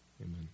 Amen